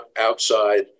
outside